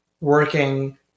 working